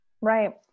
right